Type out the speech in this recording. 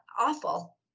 Awful